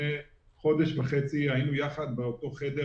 לפני חודש וחצי היינו יחד באותו חדר,